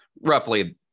roughly